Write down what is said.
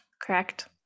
correct